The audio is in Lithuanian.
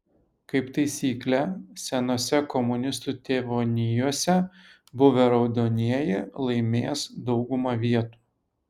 kaip taisyklė senose komunistų tėvonijose buvę raudonieji laimės daugumą vietų